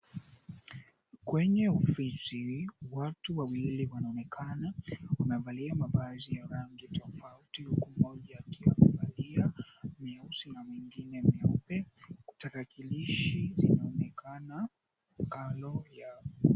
Kwenye ofisi watu wawili wanaonekana wamevalia mavazi ya rangi tofauti, huku mmoja akiwa amevalia meusi na mwingine meupe. Huku tarakilishi zinaonekana kando ya...